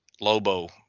Lobo